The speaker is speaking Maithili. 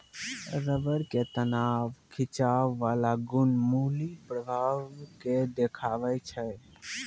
रबर के तनाव खिंचाव बाला गुण मुलीं प्रभाव के देखाबै छै